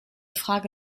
frage